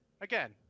again